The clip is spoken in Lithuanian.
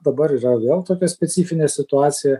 dabar yra vėl tokia specifinė situacija